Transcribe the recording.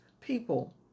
people